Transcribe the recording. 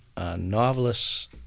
Novelists